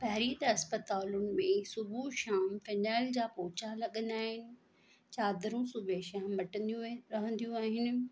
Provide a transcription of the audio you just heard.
पहिरीं त अस्पतालुनि में सुबूह शाम कन्याल जा पोटा लॻंदा आहिनि चादरूं सुबूह शाम मटंदियूं आहिनि